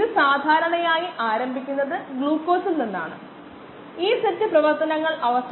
ഇതിന്റെ നെഗറ്റീവ് എടുക്കുമ്പോൾ 0